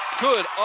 Good